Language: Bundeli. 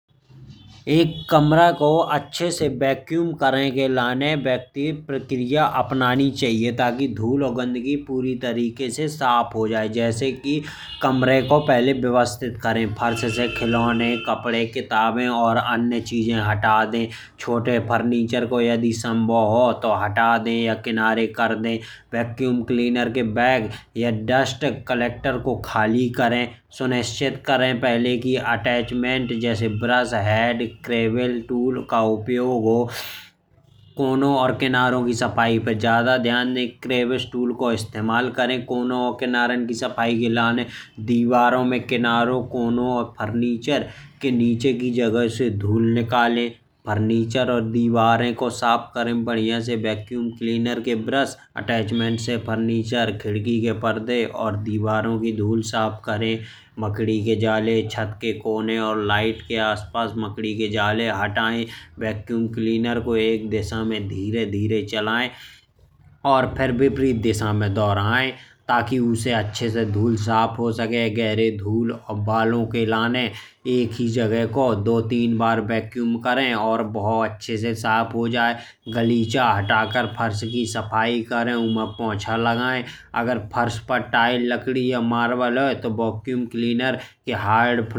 एक कमरा को अच्छे से वैक्यूम करने के लिए व्यक्तिगत प्रक्रिया अपनानी चाहिए। ताकि धूल और गंदगी पूरी तरीके से साफ हो जाए। जैसे कि कमरे को पहले व्यवस्थित करें। फर्श से खिलौने कपड़े किताबें और अन्य चीजें हटा दें। छोटे फर्नीचर को यदि संभव हो तो हटा दें। या किनारे कर दें वैक्यूम क्लीनर के बैग या डस्ट कलेक्टर को खाली करें सुनिश्चित करें। पहले कि अटैचमेंट जैसे ब्रश हेड क्रेविल टूल का उपयोग हो कोनों और किनारों की सफाई पर ज्यादा ध्यान दें। क्रेविल टूल को इस्तेमाल करें कोनों और किनारों की सफाई। के लिए दीवारों में किनारों कोनों में फर्नीचर के नीचे की जगह की धूल निकाले। फर्नीचर और दीवारों को साफ करें बढ़िया से वैक्यूम क्लीनर। के ब्रश अटैचमेंट से फर्नीचर खिड़की के पर्दे दीवारों की धूल साफ करें मकड़ी के जाले। छत के कोने लाइट के आस पास मकड़ी के जाले हटाएं। वैक्यूम क्लीनर को एक दिशा में धीरे धीरे चलाएं और फिर विपरीत दिशा में दोहराएं। ताकि उससे धूल अच्छे से साफ हो सके गहरे धूल और बालों के लिए एक ही जगह को दो तीन बार वैक्यूम करें। और बहुत अच्छे से साफ हो जाए। गलीचा हटा कर फर्श की सफाई करें उन्हें पोछा लगाएं। अगर फर्श पर टाइल लकड़ी या मार्बल हो तो वैक्यूम क्लीनर या हार्ड फ्लोर मोड को उपयोग कर सकत हैं। सोफे बेड और कुर्सियों के नीचे से धूल निकाले। उन्हें बढ़िया से साफ करें तंग जगहों और किनारों की सफाई के लिए पतले नोजल को उपयोग करें। इससे अच्छे से साफ हो जात है।